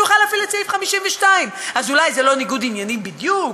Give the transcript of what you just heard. יוכל להפעיל את סעיף 52. אז אולי זה לא ניגוד עניינים בדיוק,